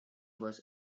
was